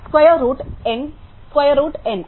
square root N square root n